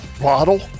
bottle